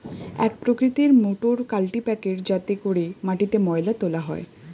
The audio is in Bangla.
এক প্রকৃতির মোটর কাল্টিপ্যাকের যাতে করে মাটিতে ময়লা তোলা হয়